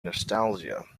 nostalgia